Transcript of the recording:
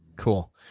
cool.